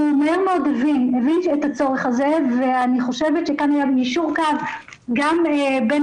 הוא מהר מאוד הבין את הצורך הזה ואני חושבת שכאן היה יישור קו גם בין